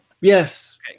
yes